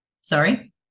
Sorry